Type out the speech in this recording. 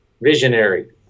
visionary